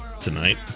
tonight